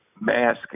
mask